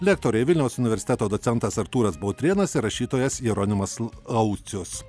lektoriai vilniaus universiteto docentas artūras bautrėnas ir rašytojas jeronimas laucius